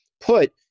put